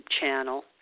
channel